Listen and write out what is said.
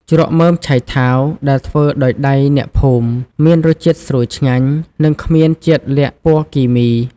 ជ្រក់មើមឆៃថាវដែលធ្វើដោយដៃអ្នកភូមិ មានរសជាតិស្រួយឆ្ងាញ់ និងគ្មានជាតិល័ក្ខពណ៌គីមី។